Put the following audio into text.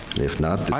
if not.